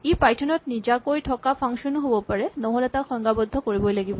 ই Python ত নিজাকৈ থকা ফাংচন ও হ'ব পাৰে নহ'লে তাক সংজ্ঞাবদ্ধ কৰিব লাগিব